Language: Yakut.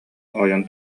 ойон